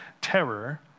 terror